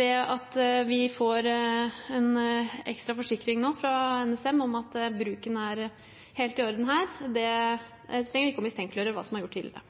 Det at vi får en ekstra forsikring nå fra NSM om at bruken er helt i orden, trenger ikke å mistenkeliggjøre hva som er gjort tidligere.